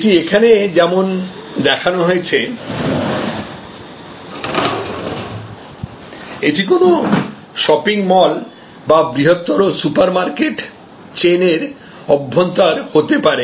এটি এখানে যেমন দেখান হয়েছে এটি কোনও শপিংমল বা বৃহত্তর সুপারমার্কেট চেইনের অভ্যন্তর হতে পারে